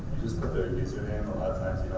just put their username, a lot